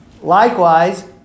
Likewise